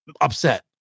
Upset